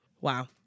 Wow